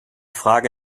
frage